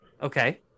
Okay